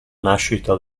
nascita